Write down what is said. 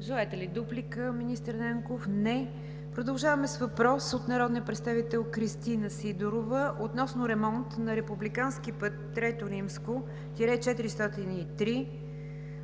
Желаете ли дуплика, господин Нанков? Не. Продължаваме с въпрос от народния представител Кристина Сидорова относно ремонт на републикански път III-403,